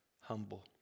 humble